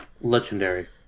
Legendary